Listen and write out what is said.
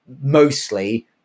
mostly